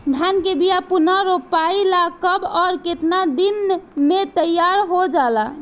धान के बिया पुनः रोपाई ला कब और केतना दिन में तैयार होजाला?